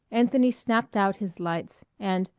anthony snapped out his lights and,